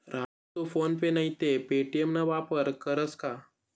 राजू तू PhonePe नैते Paytm ना वापर करस का?